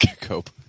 Cope